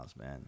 man